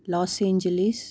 Los Angeles